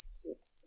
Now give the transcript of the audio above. keeps